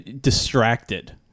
distracted